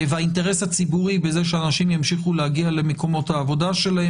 והאינטרס הציבורי בכך שאנשים ימשיכו להגיע למקומות העבודה שלהם